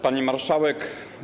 Pani Marszałek!